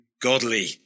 godly